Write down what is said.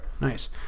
Nice